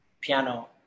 piano